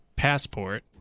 passport